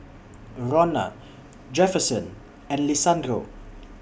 Ronna Jefferson and Lisandro